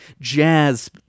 Jazz